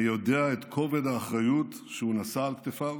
אני יודע את כובד האחריות שהוא נשא על כתפיו